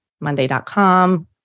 Monday.com